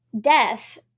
Death